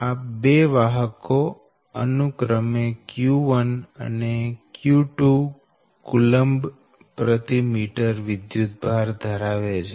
આ બે વાહકો અનુક્રમે q1 અને q2 કુલંબમીટર વિદ્યુતભાર ધરાવે છે